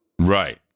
Right